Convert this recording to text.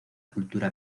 cultura